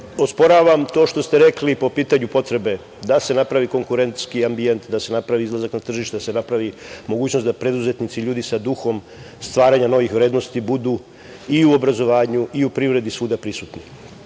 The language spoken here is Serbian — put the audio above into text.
osporavam to što ste rekli po pitanju potrebe da se napravi konkurentski ambijent, da se napravi izlazak na tržište, da se napravi mogućnost da preduzetnici i ljudi sa duhom stvaranja novih vrednosti budu i u obrazovanju i u privredi svuda prisutni.Međutim,